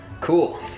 Cool